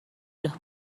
los